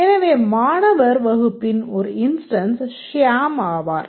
எனவே மாணவர் வகுப்பின் ஒரு instance ஷியாம் ஆவார்